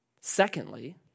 Secondly